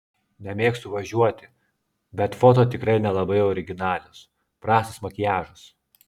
nemėgstu važiuoti bet foto tikrai nelabai originalios prastas makiažas